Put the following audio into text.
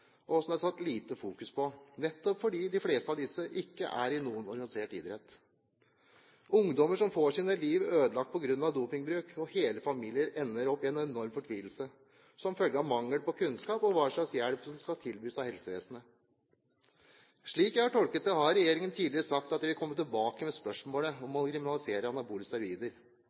og som det er fokusert lite på, nettopp fordi de fleste av disse ikke er i noen organisert idrett. Ungdommer får sine liv ødelagt på grunn av dopingbruk, og hele familier ender opp i en enorm fortvilelse som følge av mangel på kunnskap om hva slags hjelp som skal tilbys av helsevesenet. Slik jeg har tolket det, har regjeringen tidligere sagt at de vil komme tilbake med spørsmålet om å kriminalisere